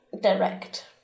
Direct